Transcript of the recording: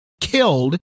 killed